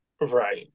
Right